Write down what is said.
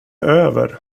över